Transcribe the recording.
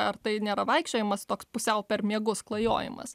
ar tai nėra vaikščiojimas toks pusiau per miegus klajojimas